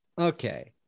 Okay